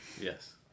Yes